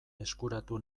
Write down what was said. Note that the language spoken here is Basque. eskuratu